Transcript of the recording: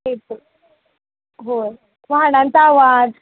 येतो हो वाहनांचा आवाज